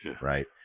right